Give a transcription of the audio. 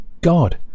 God